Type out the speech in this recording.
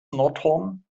nordhorn